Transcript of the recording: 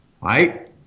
right